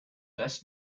best